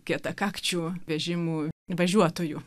kietakakčių vežimų važiuotojų